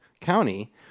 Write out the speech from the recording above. County